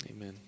Amen